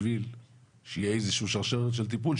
בשביל שתהיה איזו שהיא שרשרת של טיפול,